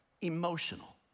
emotional